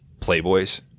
Playboys